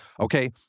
Okay